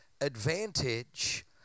advantage